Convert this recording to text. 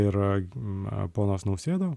ir a ponas nausėda